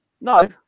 No